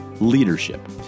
Leadership